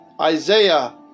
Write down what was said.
Isaiah